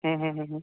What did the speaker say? हूँ हूँ हूँ हूँ